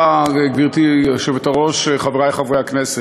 גברתי היושבת-ראש, תודה רבה, חברי חברי הכנסת,